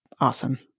Awesome